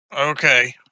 okay